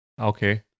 Okay